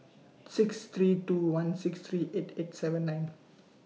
six three two one six three eight eight seven nine